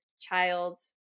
child's